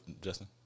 Justin